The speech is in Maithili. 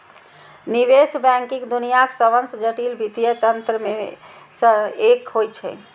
निवेश बैंकिंग दुनियाक सबसं जटिल वित्तीय तंत्र मे सं एक होइ छै